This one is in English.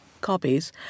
copies